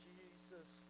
Jesus